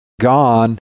gone